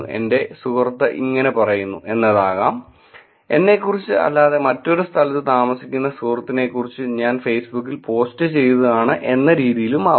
എന്റെ സുഹൃത്ത് ഇത് പറയുന്നു എന്നതാകാം എന്നെക്കുറിച്ച് അല്ലാതെ മറ്റൊരു സ്ഥലത്ത് താമസിക്കുന്ന സുഹൃത്തിനെക്കുറിച്ച് ഞാൻ ഫേസ്ബുക്കിൽ പോസ്റ്റുചെയ്തതാണ് എന്ന രീതിയിലുമാവാം